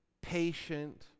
patient